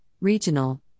regional